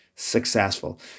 successful